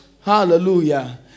Hallelujah